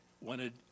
wanted